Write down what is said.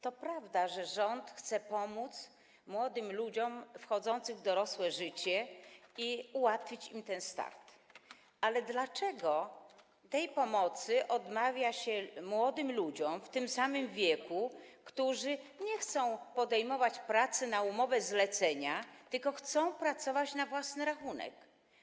To prawda, że rząd chce pomóc młodym ludziom wchodzącym w dorosłe życie i ułatwić im start, ale dlaczego tej pomocy odmawia się też młodym ludziom, w tym samym wieku, którzy nie chcą podejmować pracy na umowę zlecenie, tylko chcą pracować na własny rachunek?